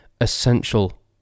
essential